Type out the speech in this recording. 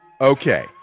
Okay